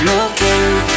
Looking